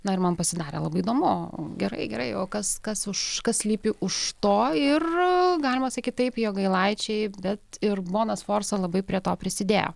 na ir man pasidarė labai įdomu gerai gerai o kas kas už kas slypi už to ir galima sakyt taip jogailaičiai bet ir bona sforca labai prie to prisidėjo